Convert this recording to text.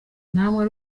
namwe